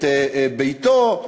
את ביתו,